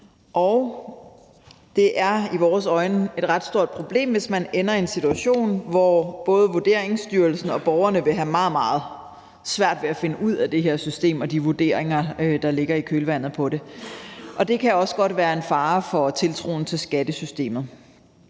Og det er i vores øjne et ret stort problem, hvis man ender i en situation, hvor både Vurderingsstyrelsen og borgerne vil have meget, meget svært ved at finde ud af det her system og de vurderinger, der ligger i kølvandet på det. Det kan også godt være en fare for tiltroen til skattesystemet.